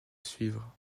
suivre